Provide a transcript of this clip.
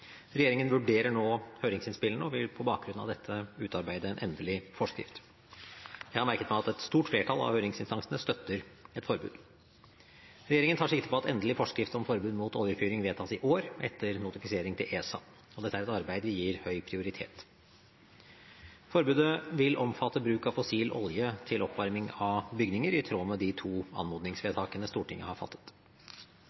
Regjeringen vurderer nå høringsinnspillene og vil på bakgrunn av dette utarbeide en endelig forskrift. Jeg har merket meg at et stort flertall av høringsinstansene støtter et forbud. Regjeringen tar sikte på at endelig forskrift om forbud mot oljefyring vedtas i år, etter notifisering til ESA, og dette er et arbeid vi gir høy prioritet. Forbudet vil omfatte bruk av fossil olje til oppvarming av bygninger, i tråd med de to